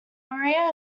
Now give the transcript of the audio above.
maria